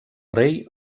rei